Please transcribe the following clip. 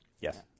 Yes